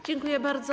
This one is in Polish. Dziękuję bardzo.